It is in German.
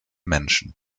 menschen